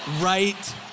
right